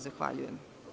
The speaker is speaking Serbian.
Zahvaljujem.